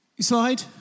Slide